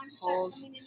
holes